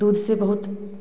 दूध से बहुत